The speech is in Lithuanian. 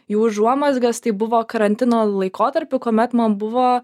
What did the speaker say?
jų užuomazgas tai buvo karantino laikotarpiu kuomet man buvo